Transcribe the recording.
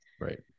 right